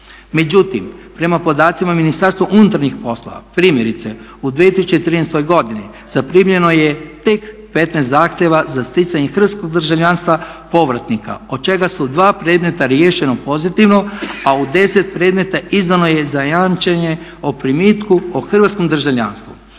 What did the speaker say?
Međutim, prema podacima Ministarstva unutarnjih poslova, primjerice u 2013. godini zaprimljeno je tek 15 zahtjeva za sticanje hrvatskog državljanstva povratnika od čega su 2 predmeta riješena pozitivno, a u 10 predmeta izdano je za jamčenje o primitku o hrvatskom državljanstvu.